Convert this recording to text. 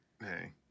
hey